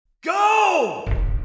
Go